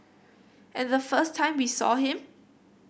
and the first time we saw him